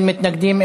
אין מתנגדים,